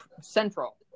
central